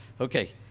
Okay